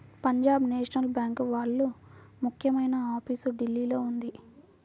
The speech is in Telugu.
పంజాబ్ నేషనల్ బ్యేంకు వాళ్ళ ముఖ్యమైన ఆఫీసు ఢిల్లీలో ఉంది